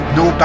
no